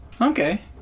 Okay